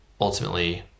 ultimately